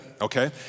okay